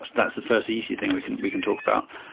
that's the first easy thing we can we can talk about.